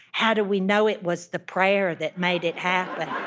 how do we know it was the prayer that made it happen?